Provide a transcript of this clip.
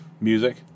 music